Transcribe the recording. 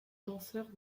danseurs